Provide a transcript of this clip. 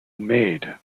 made